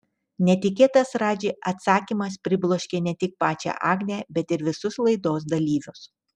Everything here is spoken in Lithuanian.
netikėtas radži atsakymas pribloškė ne tik pačią agnę bet ir visus laidos dalyvius